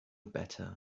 better